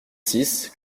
six